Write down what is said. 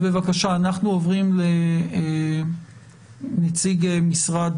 בבקשה, אנחנו עוברים לנציג משרד